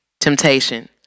temptation